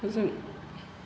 फोजों